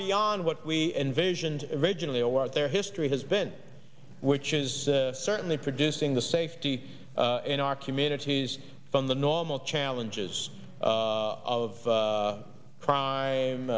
beyond what we envisioned originally or what their history has been which is certainly producing the safety in our communities from the normal challenges of crime